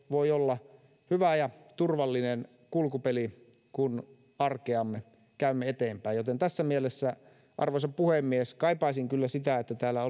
voi olla hyvä ja turvallinen kulkupeli kun arkeamme käymme eteenpäin joten tässä mielessä arvoisa puhemies kaipaisin kyllä sitä että täällä